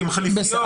ברמת העניין.